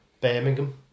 Birmingham